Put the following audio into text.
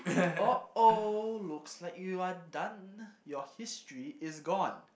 (uh-oh) looks like you are done your history is gone